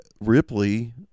Ripley